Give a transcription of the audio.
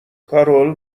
کارول